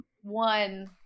one